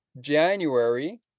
January